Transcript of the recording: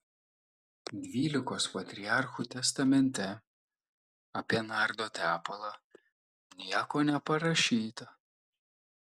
dvylikos patriarchų testamente apie nardo tepalą nieko neparašyta